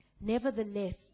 Nevertheless